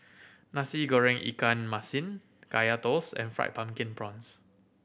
Nasi Goreng ikan masin Kaya Toast and Fried Pumpkin Prawns